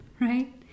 right